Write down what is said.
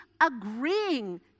agreeing